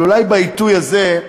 אבל אולי בעיתוי הזה,